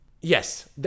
yes